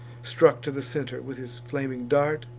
struck to the center, with his flaming dart,